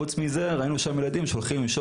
חוץ מזה ראינו שם ילדים שהולכים עם נשק